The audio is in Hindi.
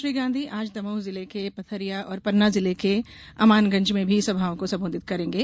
श्री गांधी आज दमोह जिले के पथरिया और पन्ना जिले के अमानगंज में भी सभाओं को संबोधित करेंगे